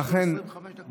יש לו 25 דקות.